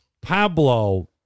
Pablo